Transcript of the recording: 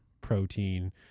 protein